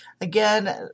Again